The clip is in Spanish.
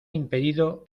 impedido